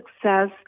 success